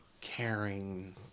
caring